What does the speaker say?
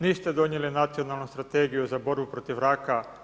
Niste donijeli Nacionalnu strategiju za borbu protiv raka.